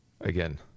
Again